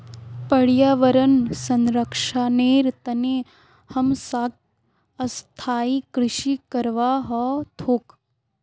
पर्यावन संरक्षनेर तने हमसाक स्थायी कृषि करवा ह तोक